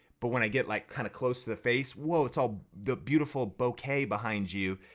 but when i get like kind of close to the face, whoa, it's all the beautiful bouquet behind you,